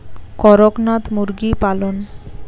করকনাথ মুরগি পালন?